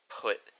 put